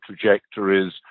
trajectories